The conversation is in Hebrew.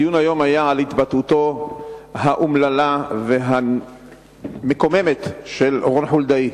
הדיון היום היה על התבטאותו האומללה והמקוממת של רון חולדאי.